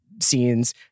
scenes